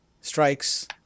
strikes